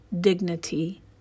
dignity